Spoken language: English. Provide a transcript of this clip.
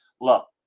look